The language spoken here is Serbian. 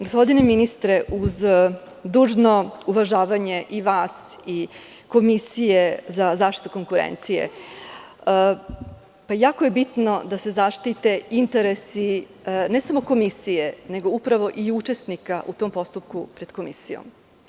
Gospodine ministre, uz dužno uvažavanje i vas i Komisije za zaštitu konkurencije, jako je bitno da se zaštite interesi, ne samo komisije, nego i učesnika u tom postupku pred komisijom.